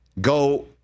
go